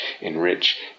enrich